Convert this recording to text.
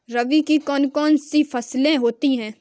रबी की कौन कौन सी फसलें होती हैं?